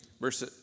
verse